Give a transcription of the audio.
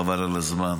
חבל על הזמן.